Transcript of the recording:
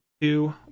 two